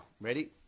Ready